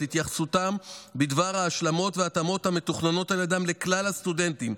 את התייחסותם בדבר ההשלמות וההתאמות המתוכננות על ידם לכלל הסטודנטים,